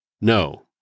No